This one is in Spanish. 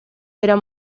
eran